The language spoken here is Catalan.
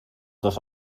dos